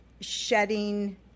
shedding